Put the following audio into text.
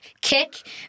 kick